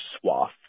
swath